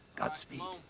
godspeed.